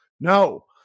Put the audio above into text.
no